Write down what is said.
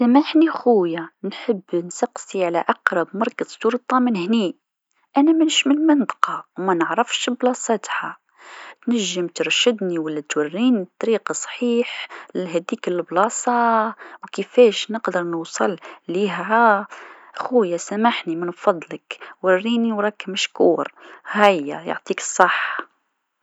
سامحني خويا نحب نسقسي على أقرب مركز شرطه من هني، انا مانيش من المنطقه و منعرفش بلاصتها، تنجم ترشدني و لا توريني طريق الصحيح لهذيك البلاصه و كيفاش نقدر نوصل ليها خويا سامحني من فضلك وريني و راك مشكور هيا يعطيك الصحه.